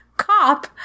Cop